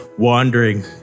wandering